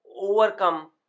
overcome